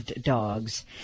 dogs